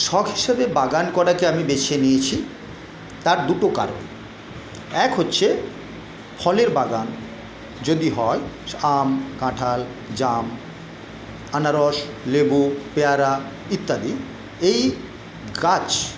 শখ হিসাবে বাগান করাকে আমি বেছে নিয়েছি তার দুটো কারণ এক হচ্ছে ফলের বাগান যদি হয় আম কাঁঠাল জাম আনারস লেবু পেয়ারা ইত্যাদি এই গাছ